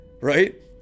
Right